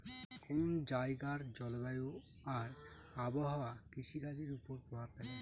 কোন জায়গার জলবায়ু আর আবহাওয়া কৃষিকাজের উপর প্রভাব ফেলে